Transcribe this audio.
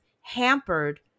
hampered